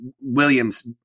Williams